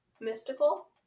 Mystical